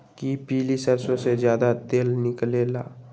कि पीली सरसों से ज्यादा तेल निकले ला?